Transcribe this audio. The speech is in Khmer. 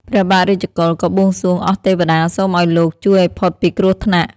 ព្រះបាទរាជកុល ក៏បួងសួងអស់ទេវតា សូមឲ្យលោកជួយឲ្យផុតពីគ្រោះថ្នាក់ ។